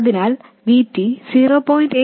അതിനാൽ VT 0